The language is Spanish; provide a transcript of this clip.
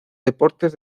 deportes